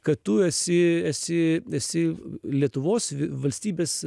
kad tu esi esi esi lietuvos valstybės